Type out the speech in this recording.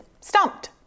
stumped